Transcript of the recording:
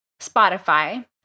Spotify